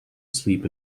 asleep